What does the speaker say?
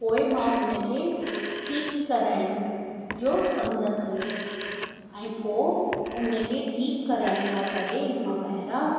पोइ मां उन खे ठीकु कराइण जो संदसि ऐं पोइ उन खे ठीकु कराइण लाइ करे मां ॿाहिरां